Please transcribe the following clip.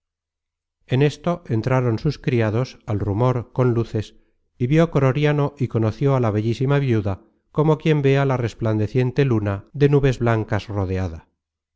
en esto entraron sus criados al rumor con luces y vió croriano y conoció a la bellísima viuda como quien ve á la resplandeciente luna de nubes blancas rodeada